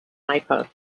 ipoh